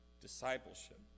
discipleship